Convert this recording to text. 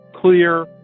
clear